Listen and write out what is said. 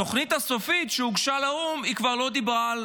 התוכנית הסופית שהוגשה לאו"ם כבר לא דיברה על